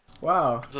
wow